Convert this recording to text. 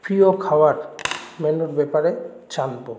প্রিয় খাবার মেনুর ব্যাপারে জানব